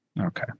Okay